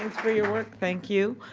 for your work. thank you.